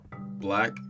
Black